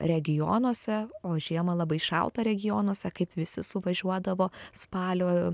regionuose o žiemą labai šalta regionuose kaip visi suvažiuodavo spalio